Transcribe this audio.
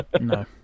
no